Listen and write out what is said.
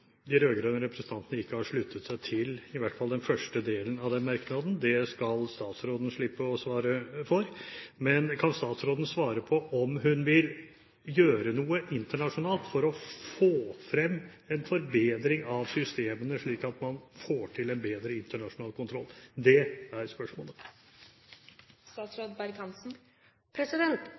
de rød-grønne representantene ikke har sluttet seg til i hvert fall den første delen av den merknaden. Det skal statsråden slippe å svare for. Men kan statsråden svare på om hun vil gjøre noe internasjonalt for å få til en forbedring av systemene, slik at man får til en bedre internasjonal kontroll? Dét er spørsmålet.